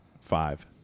Five